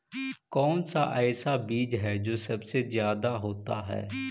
कौन सा ऐसा बीज है जो सबसे ज्यादा होता है?